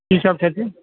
की सब छथिन